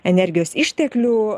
energijos išteklių